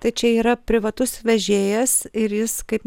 tai čia yra privatus vežėjas ir jis kaip